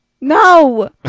No